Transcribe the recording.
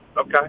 Okay